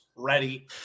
Ready